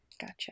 Gotcha